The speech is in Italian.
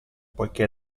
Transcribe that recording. poiché